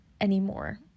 anymore